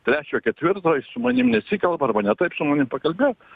trečio ketvirto jis su manim nesikalba arba ne taip su manim pakalbėt